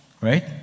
right